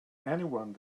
anyone